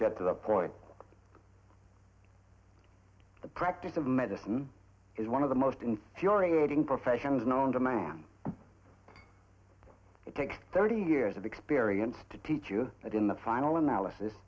get the point the practice of medicine is one of the most infuriating professions known to man it takes thirty years of experience to teach you that in the final analysis